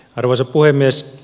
arvoisa puhemies